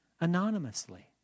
anonymously